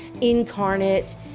incarnate